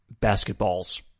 basketballs